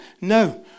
No